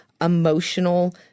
emotional